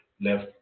left